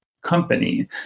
company